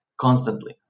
constantly